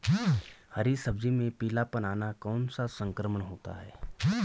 हरी सब्जी में पीलापन आना कौन सा संक्रमण होता है?